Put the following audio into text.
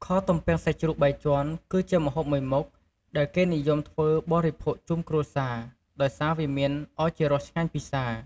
ខទំពាំងសាច់ជ្រូកបីជាន់គឺជាម្ហូបមួយមុខ ដែលគេនិយមធ្វើបរិភោគជុំគ្រួសារ ដោយសារវាមានឱជារសឆ្ងាញ់ពិសា។